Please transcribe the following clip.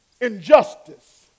injustice